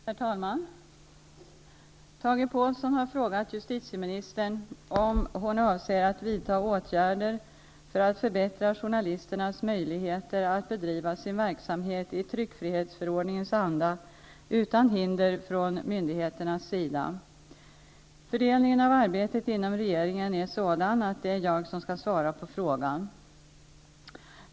Herr talman! Tage Påhlsson har frågat justitieministern om hon avser att vidta åtgärder för att förbättra journalisternas möjligheter att bedriva sin verksamhet i tryckfrihetsförordningens anda utan hinder från myndigheternas sida. Fördelningen av arbetet inom regeringen är sådan att det är jag som skall svara på frågan.